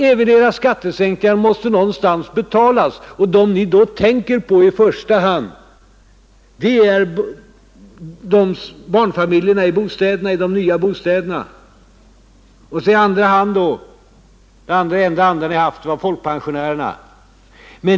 Även era skattesänkningar måste betalas på något sätt, och dem ni tänker på i första hand är barnfamiljerna i de nya bostäderna och i andra hand folkpensionärerna.